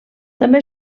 també